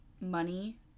money